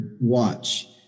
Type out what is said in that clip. watch